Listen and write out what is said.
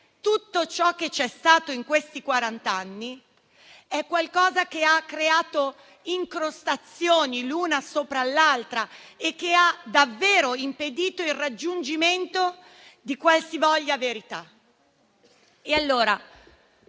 tutto ciò che c'è stato in questi quarant'anni ha creato incrostazioni, l'una sopra l'altra, e ha davvero impedito il raggiungimento di qualsivoglia verità.